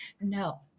No